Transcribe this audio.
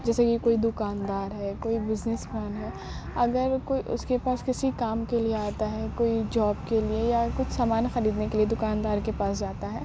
جیسے کہ کوئی دکاندار ہے کوئی بزنس مین ہے اگر کوئی اس کے پاس کسی کام کے لیے آتا ہے کوئی جاپ کے لیے یا کچھ سامان خریدنے کے لیے دکاندار کے پاس جاتا ہے